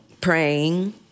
praying